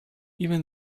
even